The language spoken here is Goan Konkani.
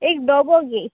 एक डबो गे